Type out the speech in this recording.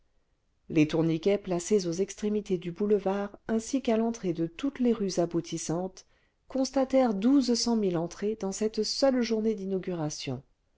les tourniquets placés aux extrémités du boulevard ainsi qu'à l'entrée de toutes les rues aboutissantes constatèrent douze cent mille entrées dans cette seule journée d'inauguration